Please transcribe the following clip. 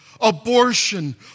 Abortion